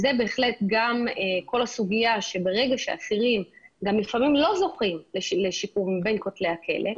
ברגע שאסירים גם לפעמים לא זוכים לשיקום בין כתלי הכלא,